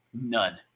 None